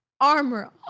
armor